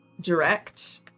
direct